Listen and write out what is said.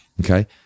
okay